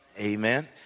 amen